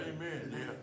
Amen